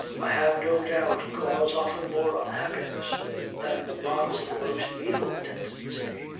i have no doubt cause often more unhappiness than the plots of the most evil tendency.